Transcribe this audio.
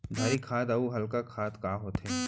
भारी खाद अऊ हल्का खाद का होथे?